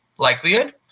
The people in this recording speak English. Likelihood